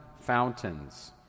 fountains